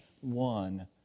one